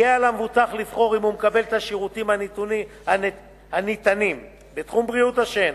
יהיה על מבוטח לבחור אם הוא מקבל את השירותים הניתנים בתחום בריאות השן